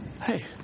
Hey